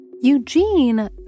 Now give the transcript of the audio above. Eugene